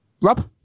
Rob